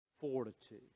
fortitude